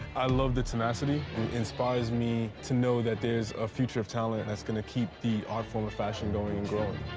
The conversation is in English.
i love the tenacity inspires me to know, that there is a future of talent that's gonna keep, the art form of fashion going and growing.